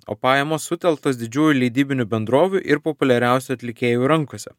o pajamos sutelktos didžiųjų leidybinių bendrovių ir populiariausių atlikėjų rankose